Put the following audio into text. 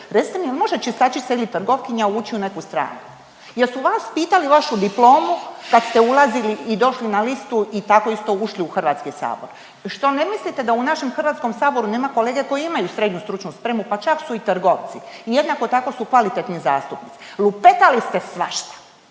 Recite mi, je li može čistačica ili trgovkinja ući u neku stranku? Jesu vas pitali vašu diplomu kad ste ulazili i došli na listu i tako isto ušli u HS? Što ne mislite da u našem HS nema kolege koji imaju SSS, pa čak su i trgovci i jednako tako su kvalitetni zastupnici? Lupetali ste svašta.